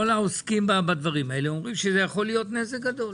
כל העוסקים בדברים האלה אומרים שזה יכול להיות נזק גדול.